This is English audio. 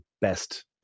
best